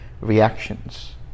reactions